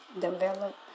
develop